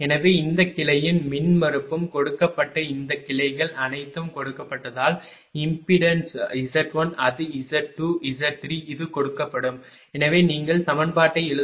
எனவே இந்த கிளையின் மின்மறுப்பும் கொடுக்கப்பட்ட இந்த கிளைகள் அனைத்தும் கொடுக்கப்பட்டதால் இம்பெடான்ஸ் Z1 அது Z2Z3 இது கொடுக்கப்படும் எனவே நீங்கள் சமன்பாட்டை எழுதும்போது VAVO I1Z1